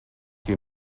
que